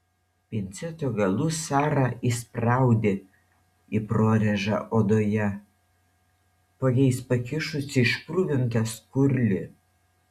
pinceto galus sara įspraudė į prorėžą odoje po jais pakišusi iškruvintą skurlį